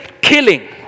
killing